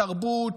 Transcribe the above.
תרבות,